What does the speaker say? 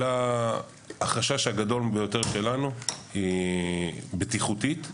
החשש הגדול ביותר שלנו הוא מבחינה בטיחותית,